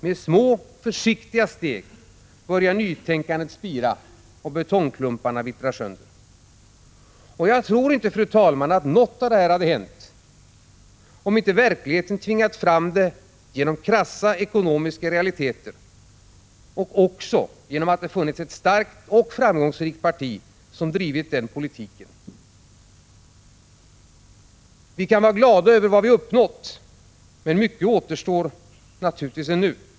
Med små, försiktiga steg börjar nytänkandet spira, och betongklumparna vittrar sönder. Jag tror inte, fru talman, att något av detta hade hänt om inte verkligheten hade tvingat fram det genom krassa ekonomiska realiteter och om det inte funnits ett starkt och framgångs rikt parti som drivit den politiken. Vi kan vara glada över vad vi uppnått, men mycket återstår naturligtvis ännu.